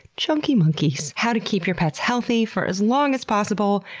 chunky monkeys, how to keep your pets healthy for as long as possible,